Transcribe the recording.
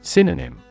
Synonym